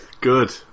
Good